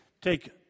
Take